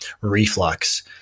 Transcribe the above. reflux